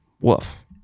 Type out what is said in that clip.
Woof